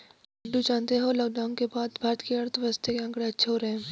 चिंटू जानते हो लॉकडाउन के बाद भारत के अर्थव्यवस्था के आंकड़े अच्छे हो रहे हैं